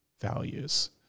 values